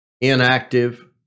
inactive